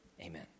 amen